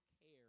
care